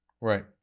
Right